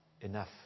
enough